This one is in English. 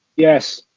yes.